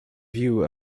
view